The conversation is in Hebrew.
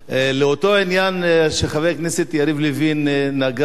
לאותו עניין שחבר הכנסת יריב לוין נגע,